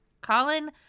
Colin